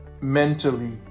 mentally